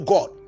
God